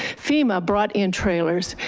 fema brought in trailers.